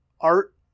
art